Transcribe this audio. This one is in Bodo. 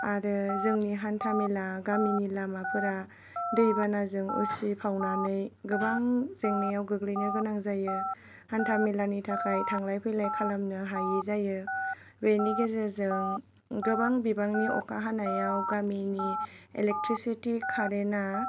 आरो जोंनि हान्था मेला गामिनि लामाफोरा दै बानाजों उसिफावनानै गोबां जेंनायाव गोग्लैनो गोनां जायो हान्था मेलानि थाखाय थांलाय फैलाय खालामनो हायि जायो बेनि गेजेरजों गोबां बिबांनि अखा हानायाव गामिनि इलेक्ट्रिसिटि कारेन्टआ